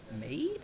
made